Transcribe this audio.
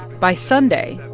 by sunday,